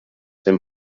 dem